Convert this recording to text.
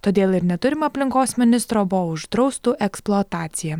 todėl ir neturim aplinkos ministro bo uždraustų eksploataciją